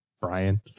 Brian